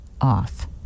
off